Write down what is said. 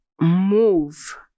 move